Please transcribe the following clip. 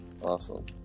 Awesome